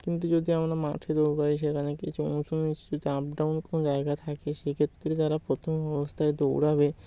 কিন্তু যদি আমরা মাঠে দৌড়াই সেখানে কিছু উঁচু নীচু আপ ডাউন কোনো জায়গা থাকে সেক্ষেত্রে যারা প্রথম অবস্থায় দৌড়াবে